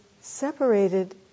separated